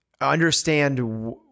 understand